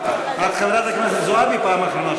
החוק הזה הוא תרגום פשוט של הנחת